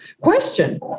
question